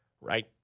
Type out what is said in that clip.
right